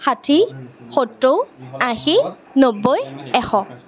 ষাঠি সত্তৰ আশী নব্বৈ এশ